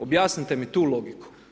Objasnite mi tu logiku.